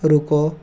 रुको